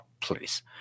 Please